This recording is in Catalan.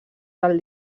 del